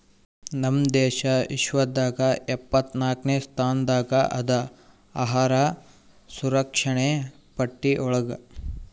ನಮ್ ದೇಶ ವಿಶ್ವದಾಗ್ ಎಪ್ಪತ್ನಾಕ್ನೆ ಸ್ಥಾನದಾಗ್ ಅದಾ ಅಹಾರ್ ಸುರಕ್ಷಣೆ ಪಟ್ಟಿ ಒಳಗ್